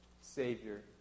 Savior